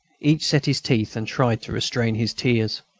each set his teeth and tried to restrain his tears.